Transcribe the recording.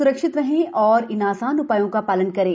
सुरक्षित रहें और इन आसान उपायों का पालन करें